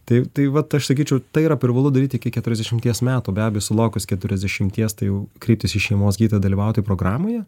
tai tai vat aš sakyčiau tai yra privalu daryti iki keturiasdešimties metų be abejo sulaukus keturiasdešimties tai jau kreiptis į šeimos gydytoją dalyvauti programoje